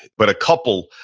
but a couple,